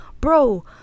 Bro